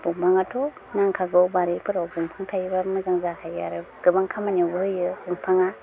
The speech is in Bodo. दंफाङाथ' नांखागौ बारिफोराव दंफां थायोबा मोजां जाखायो आरो गोबां खामानियावबो होयो दंफाङा